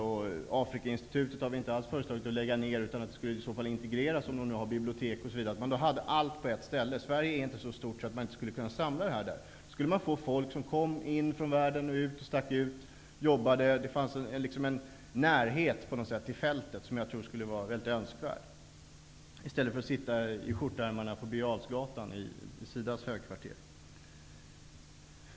Vi har inte alls föreslagit att Afrikainstitutet skall läggas ned, utan det skulle i så fall integreras i denna enhet. Om man gjorde så, skulle allt finnas på ett ställe. Sverige är inte så stort så att man inte skulle kunna samla denna verksamhet på ett ställe. Människor skulle komma dit efter att ha varit ute i världen och jobbat innan de stack ut igen. Det skulle finnas en närhet till fältet som jag tror är önskvärd. Detta skulle man göra i stället för att sitta i skjortärmarna på SIDA:s högkvarter på Birger Jarlsgatan.